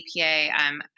APA